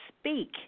speak